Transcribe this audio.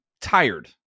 tired